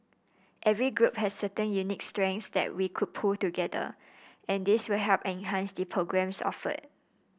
every group has certain unique strengths that we could pool together and this will help enhance the programmes offered